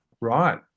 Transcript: right